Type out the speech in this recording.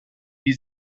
wie